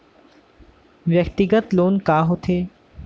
व्यक्तिगत लोन का होथे?